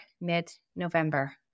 mid-November